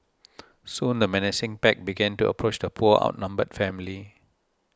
soon the menacing pack began to approach the poor outnumbered family